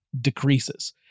decreases